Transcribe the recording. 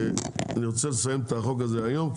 אני רוצה לסיים את החוק הזה היום,